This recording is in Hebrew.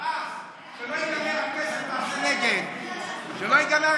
החלת חובת ההודעה על סיום עסקה מתמשכת על תאגידים בנקאיים ופיננסיים),